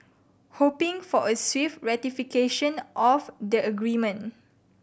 hoping for a swift ratification of the agreement